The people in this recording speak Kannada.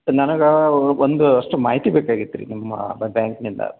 ನನಗೆ ಒಂದು ಅಷ್ಟು ಮಾಹಿತಿ ಬೇಕಾಗಿತ್ತು ರೀ ನಿಮ್ಮ ಬ್ಯಾಂಕಿನಿಂದ